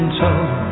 told